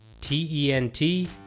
T-E-N-T